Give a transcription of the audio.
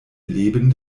leben